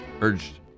urged